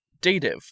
Dative